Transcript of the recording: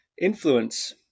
influence